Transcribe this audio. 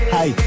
Hey